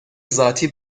ذاتی